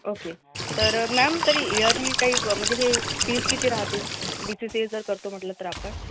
okay तर ma'am तरी early काही ब म्हणजे हे फीस किती राहते बी सी सी ए जर करतो म्हटलं तर आपण